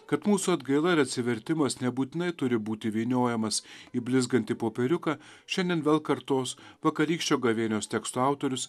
kad mūsų atgaila ir atsivertimas nebūtinai turi būti įvyniojamas į blizgantį popieriuką šiandien vėl kartos vakarykščio gavėnios teksto autorius